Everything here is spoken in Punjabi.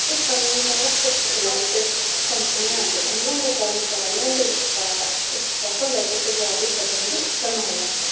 ਇਸ ਕਾਨੂੰਨ ਦਾ ਮੁੱਖ ਉਦੇਸ਼ ਕੰਪਨੀਆਂ ਅਤੇ ਉਹਨਾਂ ਦੇ ਕਰਮਚਾਰੀਆਂ ਦੇ ਵਿਚਕਾਰ ਇੱਕ ਸਫਲ ਅਤੇ ਸੁਚਾਰੂ ਸੰਬੰਧ ਬਣਾਉਣਾ ਹੈ